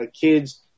kids